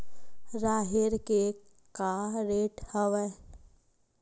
राहेर के का रेट हवय?